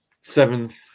Seventh